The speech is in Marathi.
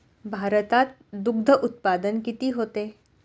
भारतात दुग्धउत्पादन किती होते?